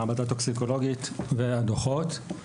מעבדה טוקסיקולוגית והדוחות.